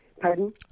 Pardon